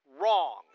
wrong